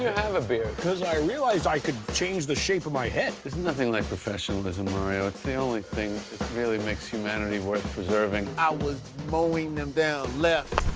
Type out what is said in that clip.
have a beard? because i realized i could change the shape of my head. there's nothing like professionalism, mario. it's the only thing that really makes humanity worth preserving. i was mowing them down left,